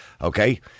Okay